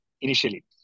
initially